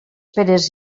peres